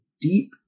deep